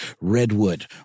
Redwood